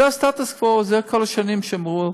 זה סטטוס קוו, וכל השנים שמרו,